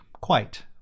Quite